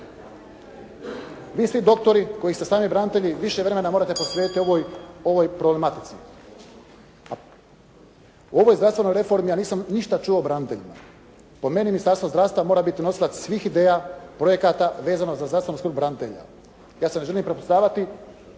Vi svi doktori koji ste i sami branitelji, više vremena morate posvetiti ovoj problematici. U ovoj zdravstvenoj reformi ja nisam ništa čuo o braniteljima. Po meni Ministarstvo zdravstva mora biti nosilac svih ideja, projekata vezano za zdravstvenu skrb branitelja. Ja se ne želim prepucavati